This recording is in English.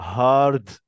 hard